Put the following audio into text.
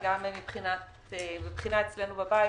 גם אצלנו בבית.